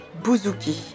bouzouki